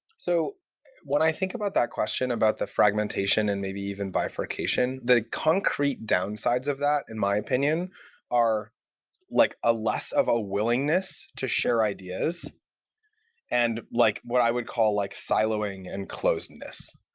so i think about that question about the fragmentation and maybe even bifurcation, the concrete downsides of that in my opinion are like a less of a willingness to share ideas and like what i would call like siloing and closeness.